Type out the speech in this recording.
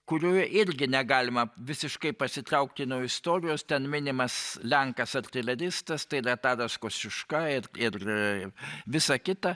kurioje irgi negalima visiškai pasitraukti nuo istorijos ten minimas lenkas artileristas tai yra tadas kosciuška ir ir visa kita